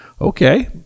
Okay